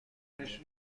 نازنین